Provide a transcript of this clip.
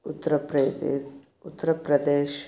உத்தர பிரதே உத்தர பிரதேஷ்